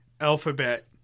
alphabet